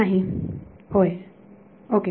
विद्यार्थी होय ओके